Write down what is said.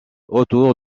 autour